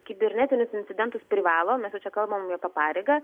kibernetinius incidentus privalo mes jau čia kalbam jau apie pareigą